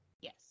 Yes